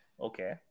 Okay